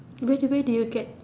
where do where do you get